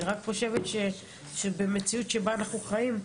אני רק חושבת שבמציאות שבה אנחנו חיים,